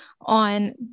on